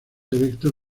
erectos